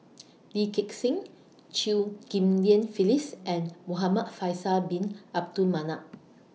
Lee Gek Seng Chew Ghim Lian Phyllis and Muhamad Faisal Bin Abdul Manap